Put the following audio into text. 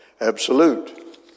absolute